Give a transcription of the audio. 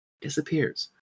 Disappears